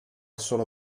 solo